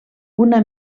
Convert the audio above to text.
una